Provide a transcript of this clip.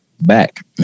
back